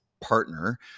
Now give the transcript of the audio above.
partner